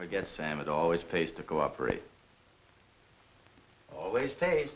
forget sam it always pays to cooperate always